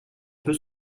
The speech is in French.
peut